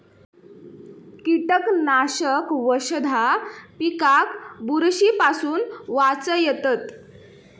कीटकनाशक वशधा पिकाक बुरशी पासून वाचयतत